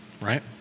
right